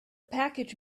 package